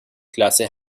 klasse